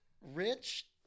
rich